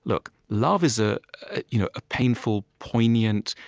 look, love is a you know ah painful, poignant,